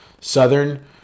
southern